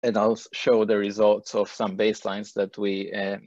הי מה